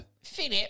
Philip